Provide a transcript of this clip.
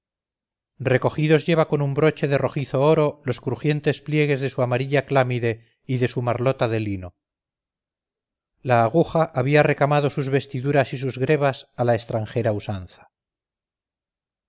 recogidos lleva con un broche de rojizo oro los crujientes pliegues de su amarilla clámide y de su marlota de lino la aguja había recamado sus vestiduras y sus grebas a la extranjera usanza